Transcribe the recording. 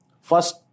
first